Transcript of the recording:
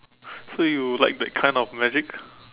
so you like that kind of magic